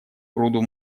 груду